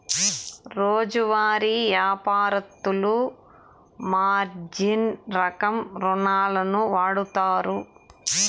రోజువారీ యాపారత్తులు మార్జిన్ రకం రుణాలును వాడుతారు